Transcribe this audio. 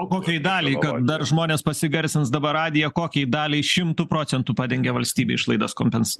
kokiai daliai kad dar žmonės pasigarsins dabar radiją kokiai daliai šimtu procentų padengia valstybė išlaidas kompens